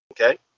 Okay